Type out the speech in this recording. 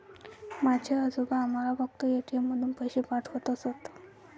माझे आजोबा आम्हाला फक्त ए.टी.एम मधून पैसे पाठवत असत